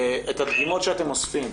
את הדגימות שאתם אוספים,